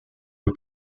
aux